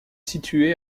situé